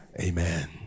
amen